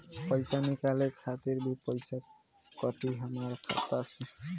पईसा निकाले खातिर भी पईसा कटी हमरा खाता से?